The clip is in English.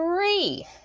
three